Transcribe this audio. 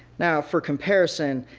now for comparison,